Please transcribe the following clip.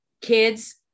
kids